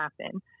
happen